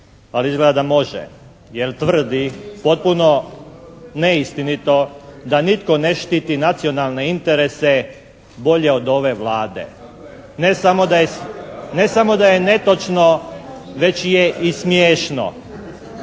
Pa izgleda da može jer tvrdi potpuno neistinito da nitko ne štiti nacionalne interese bolje od ove Vlade. Ne samo da je netočno već je i smiješno.